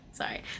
Sorry